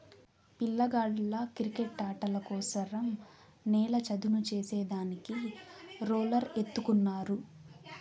పిల్లగాళ్ళ కిరికెట్టాటల కోసరం నేల చదును చేసే దానికి రోలర్ ఎత్తుకున్నారు